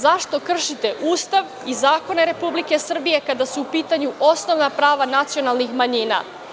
Zašto kršite Ustav i zakone Republike Srbije kada su u pitanju osnovna prava nacionalnih manjina?